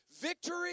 Victory